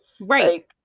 Right